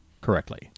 correctly